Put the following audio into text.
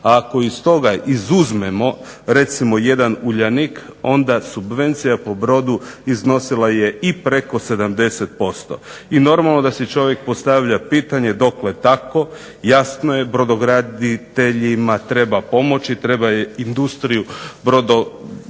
ako iz toga izuzmemo jedan Uljanik onda subvencija po brodu iznosila je i preko 70%. I normalno da si čovjek postavlja pitanje, dokle tako, jasno je brodograditeljima treba pomoći, i treba industriju brodograđevnu